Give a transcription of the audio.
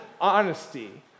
honesty